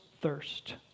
thirst